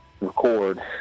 record